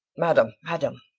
madam, madam!